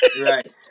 Right